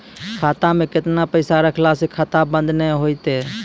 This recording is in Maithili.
खाता मे केतना पैसा रखला से खाता बंद नैय होय तै?